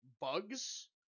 bugs